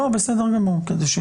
תודה.